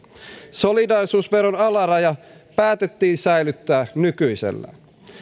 solidaarisuusveron alaraja päätettiin säilyttää nykyisellään